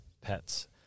pets